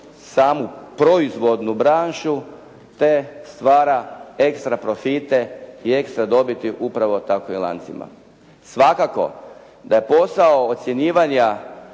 samu proizvodnu branšu te stvara ekstra profite i ekstra dobiti upravo takvim lancima. Svakako da posao ocjenjivanja